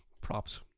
props